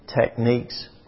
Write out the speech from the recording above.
techniques